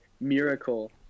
miracle